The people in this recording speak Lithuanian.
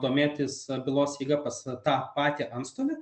domėtis bylos eiga pas tą patį antstolį